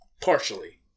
Partially